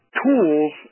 tools